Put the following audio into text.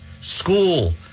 school